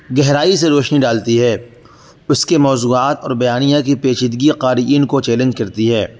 گہرائی سے روشنی ڈالتی ہے اس کے موضوعات اور بیانیہ کی پیچیدگی قارئین کو چیلنج کرتی ہے